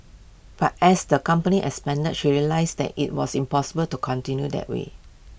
but as the company expanded she realised that IT was impossible to continue that way